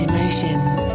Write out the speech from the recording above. Emotions